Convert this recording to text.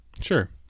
Sure